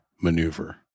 maneuver